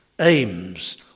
aims